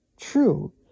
true